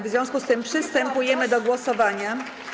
W związku z tym przystępujemy do głosowania.